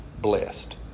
blessed